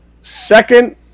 Second